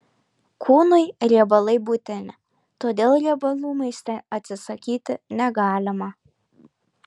kūnui riebalai būtini todėl riebalų maiste atsisakyti negalima